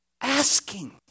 asking